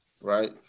right